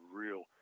real